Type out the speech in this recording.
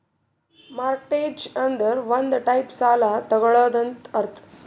mortgage ಅಂದುರ್ ಒಂದ್ type ಸಾಲ ತಗೊಳದಂತ್ ಅರ್ಥ